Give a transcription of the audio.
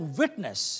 witness